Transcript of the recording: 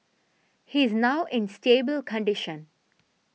he's now in stable condition